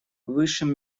высшим